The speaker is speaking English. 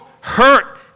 hurt